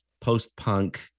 post-punk